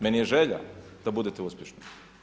Meni je želja da budete uspješni.